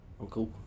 Uncle